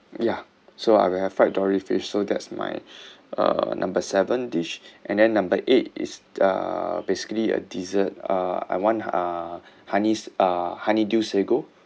ya so I will have fried dory fish so that's my uh number seven dish and then number eight is uh basically a dessert uh I want uh honey s~ uh honeydew sago